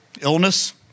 illness